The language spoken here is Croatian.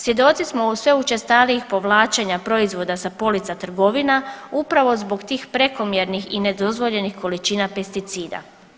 Svjedoci smo sve učestalijih povlačenja proizvoda sa polica trgovina upravo zbog tih prekomjernih i nedozvoljenih količina pesticida.